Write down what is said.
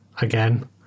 again